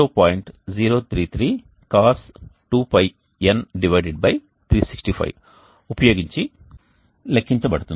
033 Cos 2Π N365 ఉపయోగించి లెక్కించబడుతుంది